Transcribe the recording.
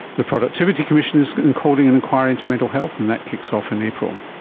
the productivity commission is calling an inquiry into mental health, and that kicks off in april.